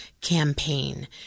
campaign